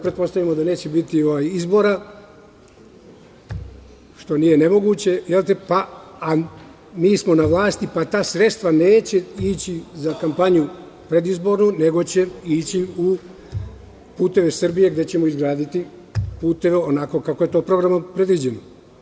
Pretpostavimo da neće biti izbora, što nije nemoguće, ali pošto smo mi na vlasti pa ta sredstva neće ići za kampanju predizbornu, nego će ići u "Puteve Srbije" gde ćemo izgraditi puteve onako kako je to programom predviđeno.